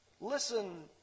Listen